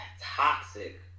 toxic